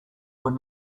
were